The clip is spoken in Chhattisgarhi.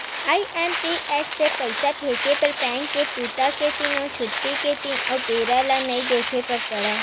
आई.एम.पी.एस से पइसा भेजे बर बेंक के बूता के दिन अउ छुट्टी के दिन अउ बेरा ल नइ देखे बर परय